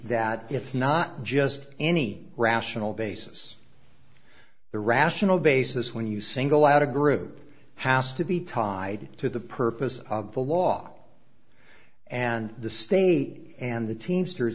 that it's not just any rational basis the rational basis when you single out a group house to be tied to the purpose of the law and the state and the teamsters